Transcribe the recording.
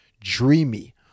dreamy